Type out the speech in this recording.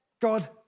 God